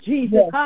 Jesus